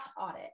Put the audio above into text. audit